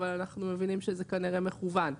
אבל אנחנו מבינים שזה כנראה מכוון.